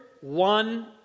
one